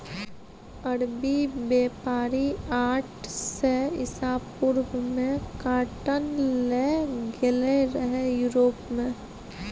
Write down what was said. अरबी बेपारी आठ सय इसा पूर्व मे काँटन लए गेलै रहय युरोप मे